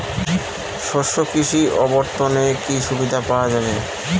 শস্য কৃষি অবর্তনে কি সুবিধা পাওয়া যাবে?